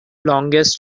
longest